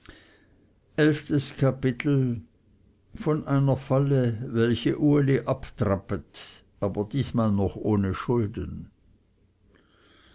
elftes kapitel von einer falle welche uli abtrappet aber diesmal noch ohne schaden